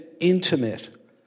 intimate